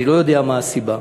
אני לא יודע מה הסיבה.